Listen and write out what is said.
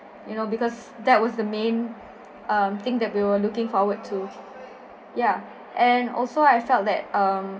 you know because that was the main uh thing that we were looking forward to yeah and also I felt that um